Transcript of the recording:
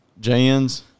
Jans